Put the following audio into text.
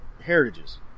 heritages